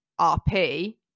RP